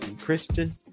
christian